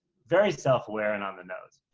very self-aware and on the nose.